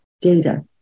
data